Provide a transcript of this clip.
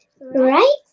right